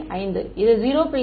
5 இது 0